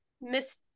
Miss